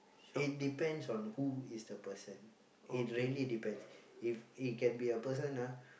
it depends on who is the person it really depends if it can be a person ah